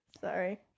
Sorry